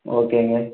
ஓகேங்க